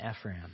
Ephraim